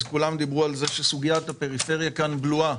אז כולם דיברו על זה שסוגית הפריפריה כאן בלועה.